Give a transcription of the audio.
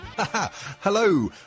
Hello